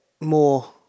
more